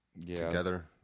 together